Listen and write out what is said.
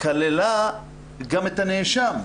כללה גם את הנאשם.